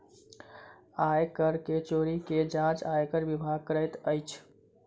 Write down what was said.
आय कर के चोरी के जांच आयकर विभाग करैत अछि